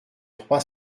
trois